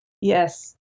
Yes